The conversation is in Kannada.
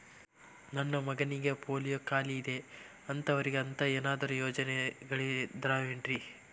ನನ್ನ ಮಗನಿಗ ಪೋಲಿಯೋ ಕಾಲಿದೆ ಅಂತವರಿಗ ಅಂತ ಏನಾದರೂ ಯೋಜನೆಗಳಿದಾವೇನ್ರಿ?